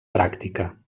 pràctica